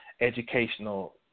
educational